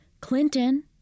Clinton